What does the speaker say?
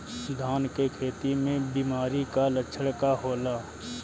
धान के खेती में बिमारी का लक्षण का होला?